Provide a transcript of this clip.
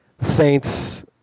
Saints